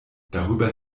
darüber